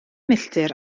milltir